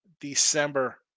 December